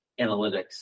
analytics